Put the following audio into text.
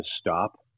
stop